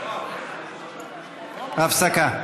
הפסקה.